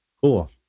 Cool